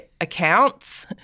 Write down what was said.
accounts